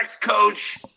coach